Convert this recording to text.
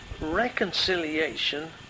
reconciliation